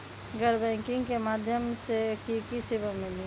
गैर बैंकिंग के माध्यम से की की सेवा मिली?